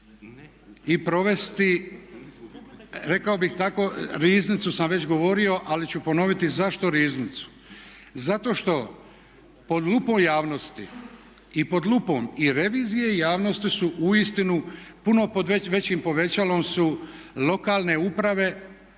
i provesti rekao bih tako, riznicu sam već govorio, ali ću ponoviti zašto riznicu. Zato što pod lupom javnosti i pod lupom i revizije i javnosti su uistinu, puno pod većim povećalom su lokalne uprave,